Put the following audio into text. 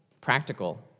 practical